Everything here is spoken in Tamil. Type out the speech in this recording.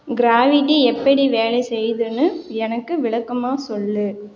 கிராவிட்டி எப்படி வேலை செய்யுதுன்னு எனக்கு விளக்கமாக சொல்